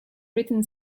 written